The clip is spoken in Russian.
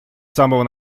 самого